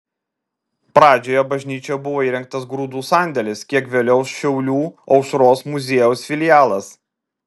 pradžioje bažnyčioje buvo įrengtas grūdų sandėlis kiek vėliau šiaulių aušros muziejaus filialas